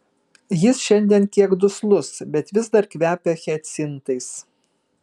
jis šiandien kiek duslus bet vis dar kvepia hiacintais